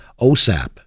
OSAP